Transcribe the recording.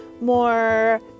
more